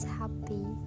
happy